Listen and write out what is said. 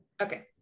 okay